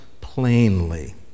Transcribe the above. plainly